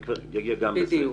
בדיוק.